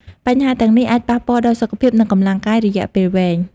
បញ្ហាទាំងនេះអាចប៉ះពាល់ដល់សុខភាព និងកម្លាំងកាយរយៈពេលវែង។